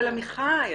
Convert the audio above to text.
עמיחי,